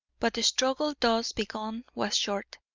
but the struggle thus begun was short.